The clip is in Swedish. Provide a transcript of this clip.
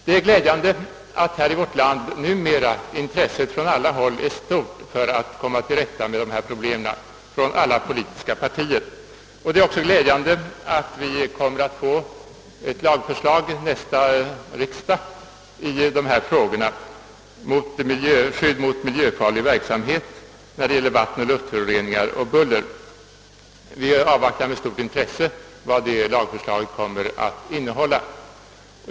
Det är glädjande att intresset här i vårt land från alla politiska partier numera är stort för att komma till rätta med dessa problem. Det är också glädjande att vi kommer att få ett lagförslag till nästa års riksdag beträffande skydd mot miljöfarlig verksamhet, när det gäller vattenoch luftföroreningar och buller. Vi avvaktar med stort intresse vad det lagförslaget kommer att innehålla.